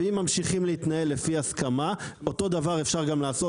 ואם ממשיכים להתנהל לפי ההסכמה אותו דבר אפשר גם לעשות